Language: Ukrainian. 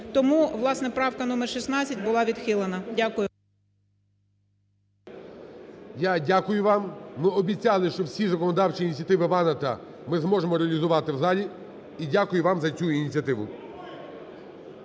Тому, власне, правка номер 16 була відхилена. Дякую. ГОЛОВУЮЧИЙ. Я дякую вам. Ми обіцяли, що всі законодавчі ініціативи Ваната ми зможемо реалізувати в залі. І дякую вам за цю ініціативу.